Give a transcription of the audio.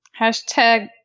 Hashtag